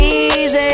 easy